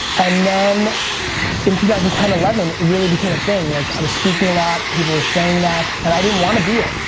and then in two thousand and ten, eleven it really became a thing, like i was speaking a lot. people were saying that and i didn't want to be it.